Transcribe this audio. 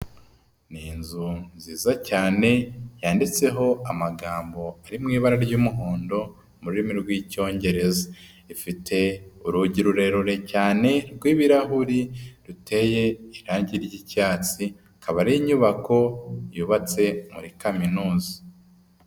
Ni inzu nziza cyane, yanditseho amagambo ari mu ibara ry'umuhondo murimi rw'Icyongereza. Ifite urugi rurerure cyane rw'ibirahuri ruteye irangi ry'icyatsi, akaba ari inyubako yubatse muri kaminuza.